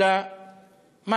ראשי הרשויות,